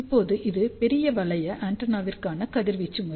இப்போது இது பெரிய வளைய ஆண்டெனாவிற்கான கதிர்வீச்சு முறை